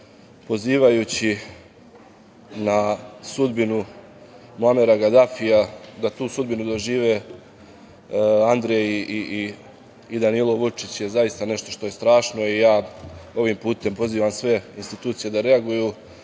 pozivajući na sudbinu Muamera Gadafija da tu sudbinu dožive Andrej i Danilo Vučić je zaista nešto što je strašno i ovim putem pozivam sve institucije da reaguju,